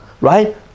Right